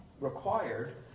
required